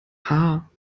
haar